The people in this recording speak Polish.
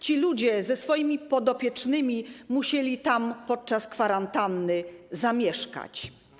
Ci ludzie ze swoimi podopiecznymi musieli tam podczas kwarantanny zamieszkać.